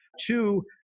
Two